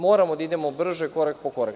Moramo da idemo brže korak po korak.